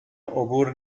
عبور